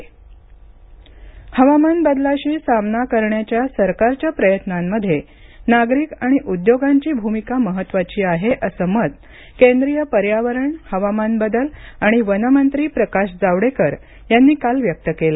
जावडेकर हवामान बदलाशी सामना करण्याच्या सरकारच्या प्रयत्नामध्ये नागरिक आणि उद्योगांची भूमिका महत्त्वाची आहे असं मत केंद्रिय पर्यावरण हवामान बदल आणि वन मंत्री प्रकाश जावडेकर यांनी काल व्यक्त केलं